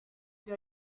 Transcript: più